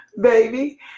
baby